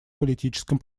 политическом